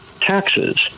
taxes